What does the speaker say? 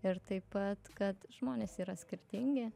ir taip pat kad žmonės yra skirtingi